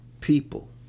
people